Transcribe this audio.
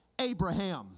Abraham